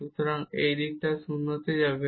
সুতরাং এই দিকটি 0 হবে